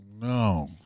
No